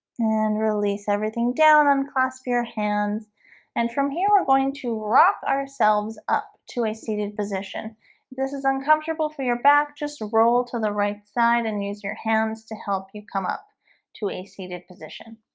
and release everything down on clasp your hands and from here. we're going to rock ourselves up to a seated position this is uncomfortable for your back. just roll to the right side and use your hands to help you come up to a seated position